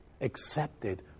Accepted